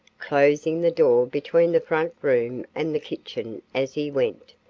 closing the door between the front room and the kitchen as he went.